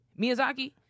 Miyazaki